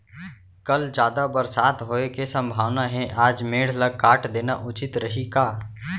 कल जादा बरसात होये के सम्भावना हे, आज मेड़ ल काट देना उचित रही का?